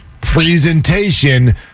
presentation